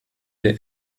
der